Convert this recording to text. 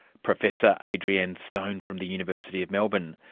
professor adrienne stone from the university of melbourne.